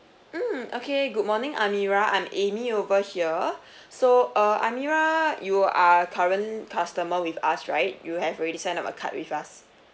mm okay good morning amirah I'm amy over here so uh amirah you are a current customer with us right you have already signed up a card with us